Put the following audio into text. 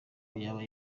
yaba